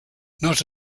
not